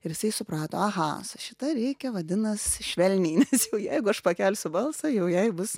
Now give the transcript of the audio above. ir jisai suprato aha šita reikia vadinas švelniai nes jeigu aš pakelsiu balsą jau jei bus